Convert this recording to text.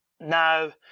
Now